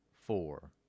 four